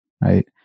right